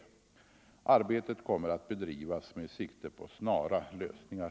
Arbetet kommer att bedrivas med sikte på snara lösningar.